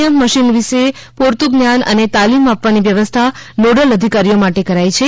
એમ machine વિષે પૂરતું જ્ઞાન અને તાલીમ આપવાની વ્યવસ્થા નોડલ અધિકારીઓ માટે કરાઈ છે